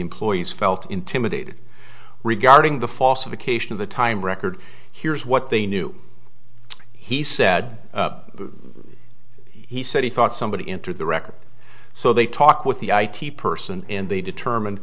employees felt intimidated regarding the false of occasion of the time record here's what they knew he said he said he thought somebody entered the record so they talked with the i t person and they determine